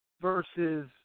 versus